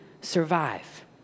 survive